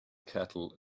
kettle